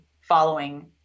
following